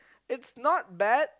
it's not bad